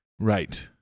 Right